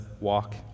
walk